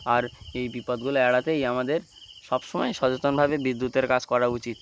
আর এই বিপদগুলো এড়াতেই আমাদের সবসময় সচেতনভাবে বিদ্যুতের কাজ করা উচিত